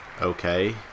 Okay